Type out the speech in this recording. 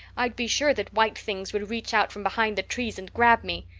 i'd be sure that white things would reach out from behind the trees and grab me.